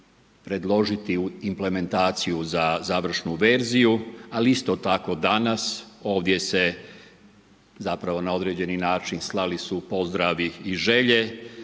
predložiti u implementaciju za završnu verziju. Ali isto tako danas ovdje se zapravo na određeni način slali su pozdravi i želje